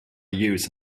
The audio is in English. use